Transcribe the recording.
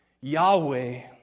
Yahweh